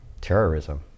terrorism